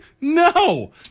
No